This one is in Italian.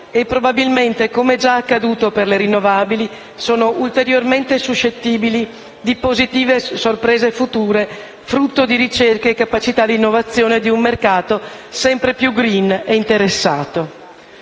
e probabilmente - come è già accaduto per le rinnovabili - sono ulteriormente suscettibili di positive sorprese future, frutto di ricerche e capacità di innovazione di un mercato sempre più *green* e interessato.